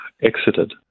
exited